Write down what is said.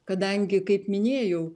kadangi kaip minėjau